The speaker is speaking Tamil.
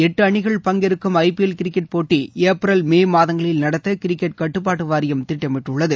எட்டு அணிகள் பங்கேற்கும் ஐபிஎல் கிரிக்கெட் போட்டி ஏப்ரல் மே மாதங்களில் நடத்த கிரிக்கெட் கட்டுப்பாட்டு வாரியம் திட்டமிட்டுள்ளது